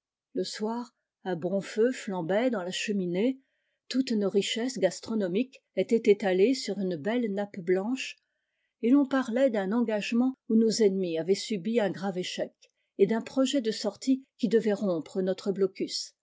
le soir un bon feu flambait dans la cheminée toutes nos richesses gastronomiques étaient étalées sur une belle nappe blanche et l'on parlait d'un engagement où nos ennemis avaient subi un grave échec et d'un projet de sortie qui devait rompre notre blocus